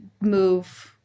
move-